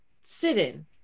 sit-in